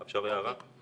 אפשר הערה?